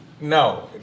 No